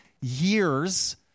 years